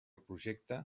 projecte